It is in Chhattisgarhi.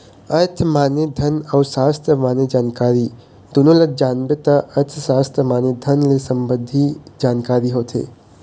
अर्थ माने धन अउ सास्त्र माने जानकारी दुनो ल जानबे त अर्थसास्त्र माने धन ले संबंधी जानकारी होथे